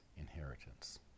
inheritance